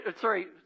sorry